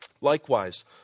Likewise